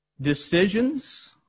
decisions